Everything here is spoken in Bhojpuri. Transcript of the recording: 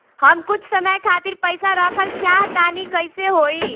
हम कुछ समय खातिर पईसा रखल चाह तानि कइसे होई?